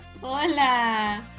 Hola